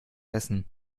essen